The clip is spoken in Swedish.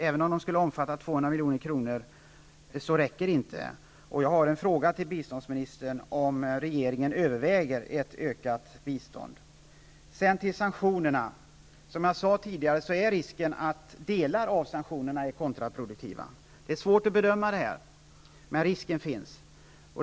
Även om summan blir 200 milj.kr. är stödet inte tillräckligt, och jag vill fråga statsrådet om regeringen överväger ett ökat bistånd. Sedan till sanktionerna. Som jag sade tidigare är risken stor att delar av sanktionerna är kontraproduktiva. Det är svårt att bedöma det här, men risken finns.